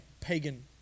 pagan